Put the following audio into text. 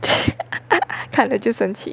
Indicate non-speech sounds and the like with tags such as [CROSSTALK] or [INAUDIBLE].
[LAUGHS] 看了就生气